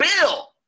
bill